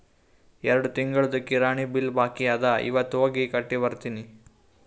ಎರಡು ತಿಂಗುಳ್ದು ಕಿರಾಣಿ ಬಿಲ್ ಬಾಕಿ ಅದ ಇವತ್ ಹೋಗಿ ಕಟ್ಟಿ ಬರ್ತಿನಿ